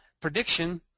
prediction